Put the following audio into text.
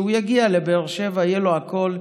שכשהוא יגיע לבאר שבע יהיה לו הכול.